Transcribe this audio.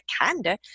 candor